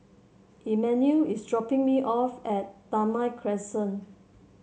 Immanuel is dropping me off at Damai Crescent